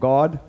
God